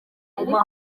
ariko